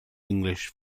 english